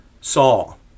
Saul